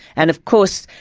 and of course,